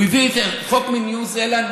הוא הביא חוק מניו זילנד,